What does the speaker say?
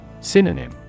Synonym